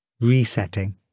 Resetting